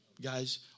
guys